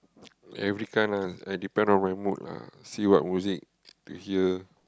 every kind ah I depend on my mood ah see what music to hear